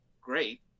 great